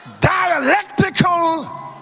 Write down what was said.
dialectical